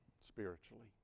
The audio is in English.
spiritually